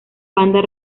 banda